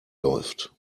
läuft